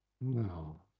No